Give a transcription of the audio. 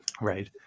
right